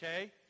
okay